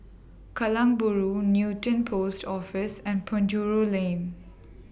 Kallang Bahru Newton Post Office and Penjuru Lane